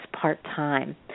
part-time